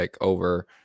over